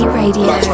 radio